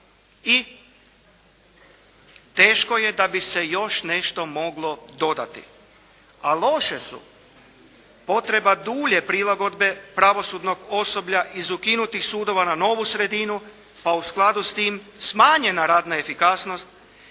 Teško je da bi se još nešto moglo dodati. A loše su potreba dulje prilagodbe pravosudnog osoblja iz ukinutih sudova na novu sredinu, pa u skladu s tim smanjena radna efikasnost,